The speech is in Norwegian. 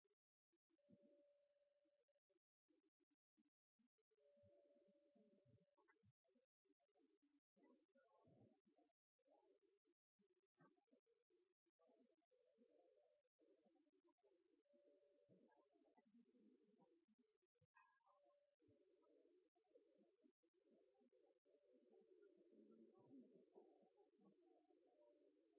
vist hvor komplekst det er